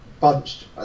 bunched